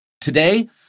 Today